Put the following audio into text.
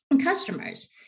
customers